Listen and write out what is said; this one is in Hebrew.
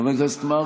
חבר הכנסת מרגי?